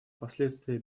последствия